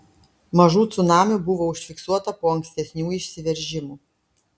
mažų cunamių buvo užfiksuota po ankstesnių išsiveržimų